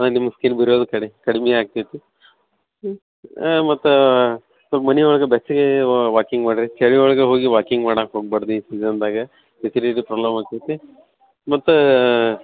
ಹಾಂ ನಿಮ್ಮ ಸ್ಕಿನ್ ಬಿರಿಯೋದು ಕಡಿ ಕಡ್ಮಿ ಆಗ್ತೈತಿ ಹ್ಞೂ ಮತ್ತು ಸ್ವಲ್ಪ್ ಮನೆ ಒಳ್ಗೆ ಬೆಚ್ಚಗೆ ವಾಕಿಂಗ್ ಮಾಡಿರಿ ಚಳಿ ಒಳಗೆ ಹೋಗಿ ವಾಕಿಂಗ್ ಮಾಡಕ್ಕ ಹೋಗ್ಬಾರ್ದ್ ಈ ಸೀಜನ್ದಾಗ ಪ್ರಾಬ್ಲಮ್ ಆಗ್ತೈತಿ ಮತ್ತು